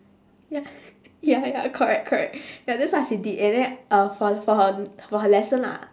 ya ya ya correct correct ya that's what she did and then uh for for her for her lesson lah